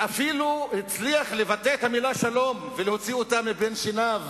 ואפילו הצליח לבטא את המלה "שלום" ולהוציא אותה מבין שיניו